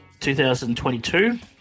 2022